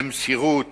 למסירות